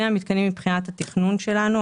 שניהם מבחינת התכנון שלנו,